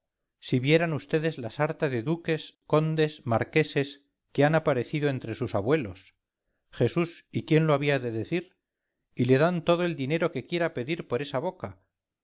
si vieran vds la sarta de duques condes y marqueses que han aparecido entre sus abuelos jesús y quién lo había de decir y le dan todo el dinero que quiera pedir por esa boca